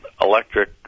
electric